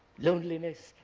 loneliness,